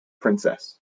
princess